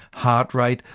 heart rate,